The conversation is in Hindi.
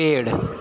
पेड़